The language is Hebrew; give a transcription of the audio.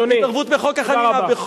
התערבות בחוק החנינה,